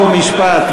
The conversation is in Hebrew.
חוק ומשפט,